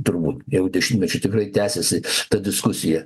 turbūt jau dešimmečių tikrai tęsiasi ta diskusija